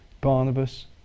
Barnabas